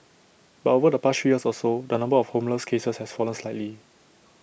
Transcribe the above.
but over the past three years or so the number of homeless cases has fallen slightly